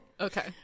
Okay